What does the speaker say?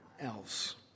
else